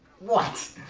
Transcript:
was